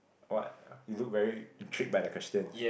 what you look very intrigued by the question